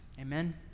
Amen